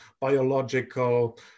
biological